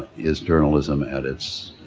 is journalism at its